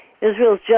Israel's